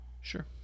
Sure